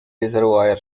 reservoir